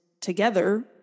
together